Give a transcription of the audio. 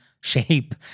shape